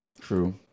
True